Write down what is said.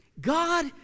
God